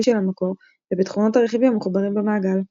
של המקור ובתכונות הרכיבים המחוברים במעגל.